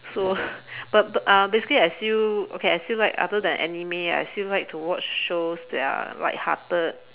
so but but uh basically I still okay I still like other than anime I still like to watch shows that are lighthearted